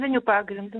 meniniu pagrindu